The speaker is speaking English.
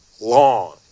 long